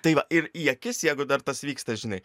tai va ir į akis jeigu dar tas vyksta žinai